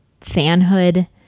fanhood